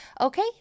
Okay